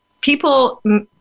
people